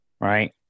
right